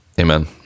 Amen